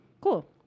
cool